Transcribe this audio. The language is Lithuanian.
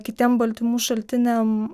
kitiem baltymų šaltiniam